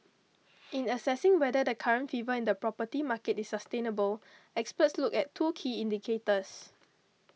in assessing whether the current fever in the property market is sustainable experts look at two key indicators